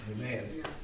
Amen